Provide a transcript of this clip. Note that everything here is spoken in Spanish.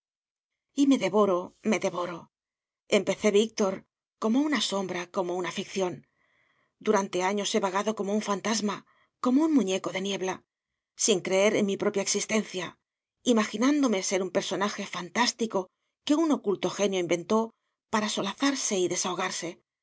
me devoro me devoro empecé víctor como una sombra como una ficción durante años he vagado como un fantasma como un muñeco de niebla sin creer en mi propia existencia imaginándome ser un personaje fantástico que un oculto genio inventó para solazarse o desahogarse